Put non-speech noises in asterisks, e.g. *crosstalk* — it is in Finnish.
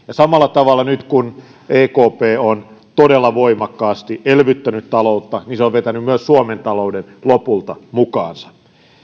*unintelligible* ja samalla tavalla nyt kun ekp on todella voimakkaasti elvyttänyt taloutta se on vetänyt myös suomen talouden lopulta mukaansa